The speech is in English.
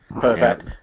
Perfect